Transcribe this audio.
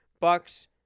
Bucks